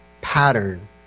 pattern